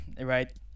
right